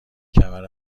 کمر